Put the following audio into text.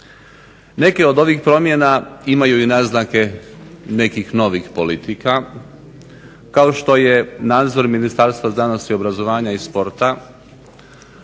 Neke od ovih promjena imaju naznake nekih novih politika kao što je nadzor Ministarstva znanosti, obrazovanja i sporta,